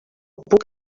puc